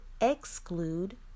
exclude